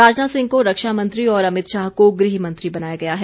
राजनाथ सिंह को रक्षा मंत्री और अमित शाह को गृहमंत्री बनाया गया है